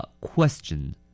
question